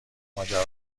ماجرا